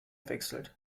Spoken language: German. wechselt